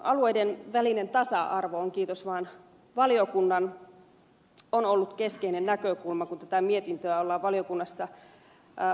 alueiden välinen tasa arvo kiitos vaan valiokunnan on ollut keskeinen näkökulma kun tätä mietintöä on valiokunnassa valmisteltu